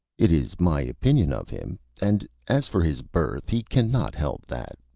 it is my opinion of him and as for his birth, he cannot help that.